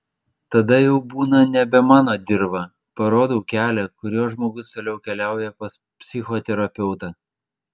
tada jau būna nebe mano dirva parodau kelią kuriuo žmogus toliau keliauja pas psichoterapeutą